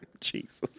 Jesus